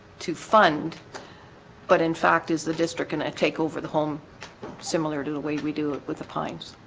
to fund but in fact as the district and i take over the home similar to the way we do it with the pines